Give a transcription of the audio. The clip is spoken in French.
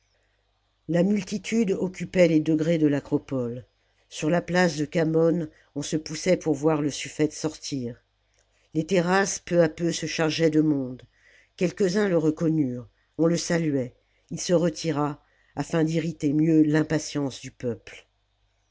la muhitude occupait les degrés de l'acropole sur la place de khamon on se poussait pour voir le suffète sortir les terrasses peu à peu se chargeaient de monde quelques-uns le reconnurent on le saluait il se retira afin d'irriter mieux l'impatience du peuple